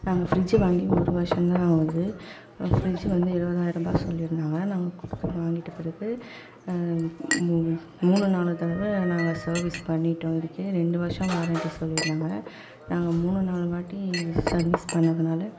நாங்கள் ஃப்ரிட்ஜு வாங்கி ஒரு வருஷம்தான் ஆகுது ஃப்ரிட்ஜு வந்து இருபதாயிர்ரூபா சொல்லிருந்தாங்க நாங்கள் கொடுத்து வாங்கிட்ட பிறகு மு மூணு நாலு தடவை நாங்கள் சர்வீஸ் பண்ணிவிட்டோம் இதுக்கே ரெண்டு வர்ஷம் வாரண்டி சொல்லிருந்தாங்க நாங்கள் மூணு நாலு வாட்டி சர்வீஸ் பண்ணதுனால